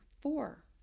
Four